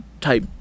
type